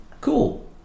Cool